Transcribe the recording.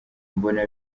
mbona